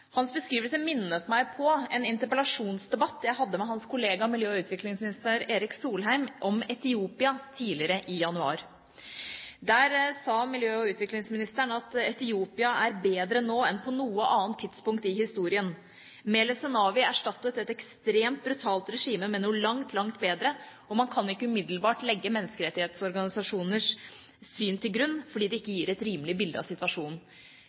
Hans beskrivelse minnet meg på en interpellasjonsdebatt jeg hadde med hans kollega miljø- og utviklingsminister Erik Solheim om Etiopia tidligere, i januar. Der sa miljø- og utviklingsministeren at Etiopia er bedre nå enn på noe annet tidspunkt i historien. Meles Zenawi erstattet et ekstremt brutalt regime med noe langt, langt bedre, og man kan ikke umiddelbart legge menneskerettighetsorganisasjoners syn til grunn, fordi det ikke gir et rimelig bilde av situasjonen.